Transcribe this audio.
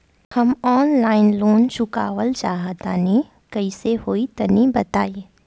हम online loan चुकावल चाहऽ तनि कइसे होई तनि बताई?